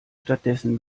stattdessen